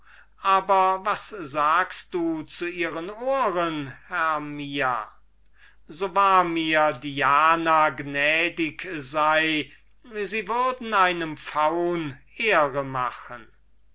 aber was sagst du zu ihren ohren hermia so wahr mir diana gnädig sei sie würden einem faunen ehre machen